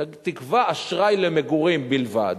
תקבע אשראי למגורים בלבד,